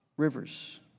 rivers